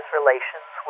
relations